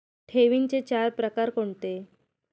ठेवींचे चार प्रकार कोणते?